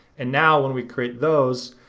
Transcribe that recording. and now, when we create those,